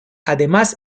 además